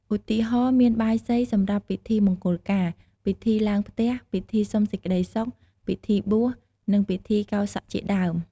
ឧទាហរណ៍ មានបាយសីសម្រាប់ពិធីមង្គលការ ពិធីឡើងផ្ទះ ពិធីសុំសេចក្តីសុខ ពិធីបួស និងពិធីកោរសក់ជាដើម។